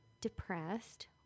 depressed